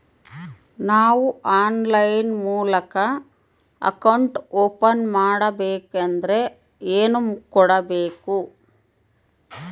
ನಾವು ಆನ್ಲೈನ್ ಮೂಲಕ account open ಮಾಡಬೇಂಕದ್ರ ಏನು ಕೊಡಬೇಕು?